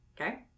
Okay